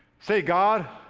say god,